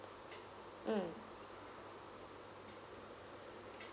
mm